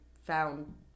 found